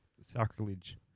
sacrilege